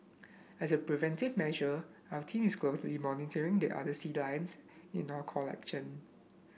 as a preventive measure our team is closely monitoring the other sea lions in our collection